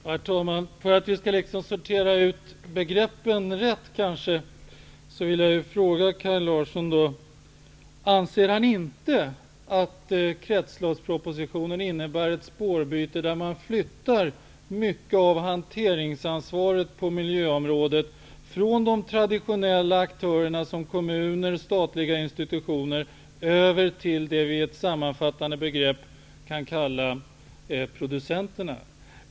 Herr talman! För att rätt sortera ut begreppen vill jag fråga Kaj Larsson: Anser inte Kaj Larsson att kretsloppspropositionen innebär ett spårbyte, där mycket av hanteringsansvaret när det gäller miljöområdet flyttas från de traditionella aktörerna, såsom kommuner och statliga institutioner, över till det som med ett sammanfattande begrepp kan kallas för producenterna?